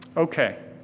okay.